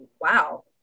wow